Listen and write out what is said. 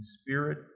spirit